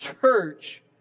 church